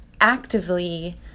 actively